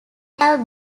have